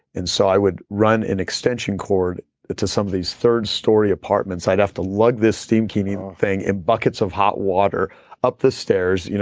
and so, i would run an extension cord to some of these third story apartments, i'd have to lug this steam cleaning um thing and buckets of hot water up the stairs, you know